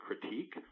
critique